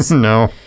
No